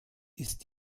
ist